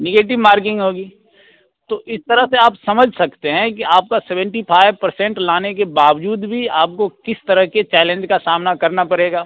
negative marking होगी तो इस तरह से आप समझ सकते हैं कि आपका सेवेंटी फ़ाइव पर्सेंट लाने के बावजूद भी आपको किस तरह के चैलेंज का सामना करना पड़ेगा